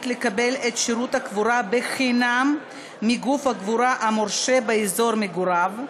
לקבל את שירות הקבורה בחינם מגוף הקבורה המורשה באזור מגוריו,